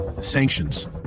Sanctions